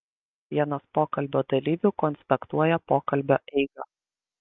vienas pokalbio dalyvių konspektuoja pokalbio eigą